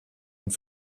und